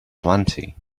plenty